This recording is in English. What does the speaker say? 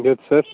yes sir